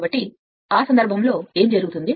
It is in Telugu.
కాబట్టి ఆ సందర్భంలో ఏమి జరుగుతుంది